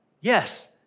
Yes